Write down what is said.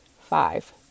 Five